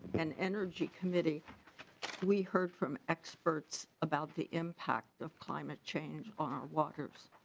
an energy committee we heard from experts about the impact of climate change are walkers.